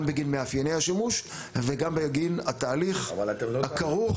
גם בגין מאפייני השימוש וגם בגין התהליך הכרוך.